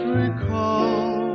recall